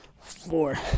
four